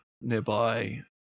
nearby